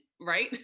Right